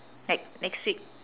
like next week